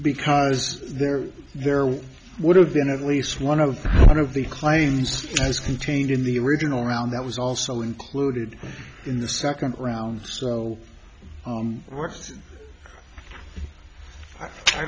because there there would have been at least one of one of the claims that was contained in the original round that was also included in the second round so